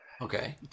Okay